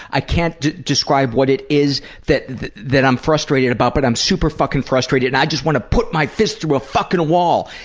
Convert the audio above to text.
i can't describe what it is that that i'm frustrated about but i'm super fucking frustrated and i just wanna put my fist through a fucking wall!